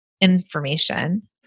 information